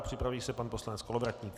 Připraví se pan poslanec Kolovratník.